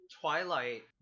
Twilight